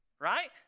right